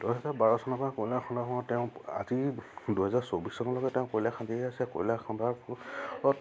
দুহেজাৰ বাৰ চনৰপৰাই কয়লা খন্দা সময়ত তেওঁ আজি দুহেজাৰ চৌবিছ চনলৈকে তেওঁ কয়লা খান্দিয়ে আছে কয়লা খন্দাৰ ফলত